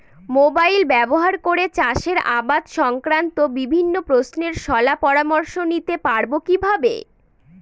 Mobile ব্যাবহার করে চাষের আবাদ সংক্রান্ত বিভিন্ন প্রশ্নের শলা পরামর্শ নিতে পারবো কিভাবে?